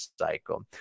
cycle